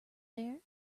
there